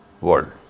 world